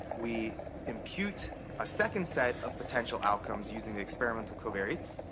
we impute a second set of potential outcomes using the experimental covariates.